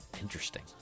interesting